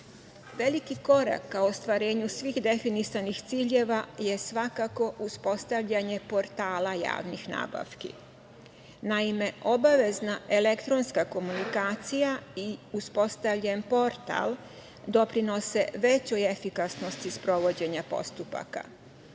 korak ka ostvarenju svih definisanih ciljeva je svakako uspostavljanje portala javnih nabavki. Naime, obavezna elektronska komunikacija i uspostavljen portal doprinose većoj efikasnosti sprovođenja postupaka.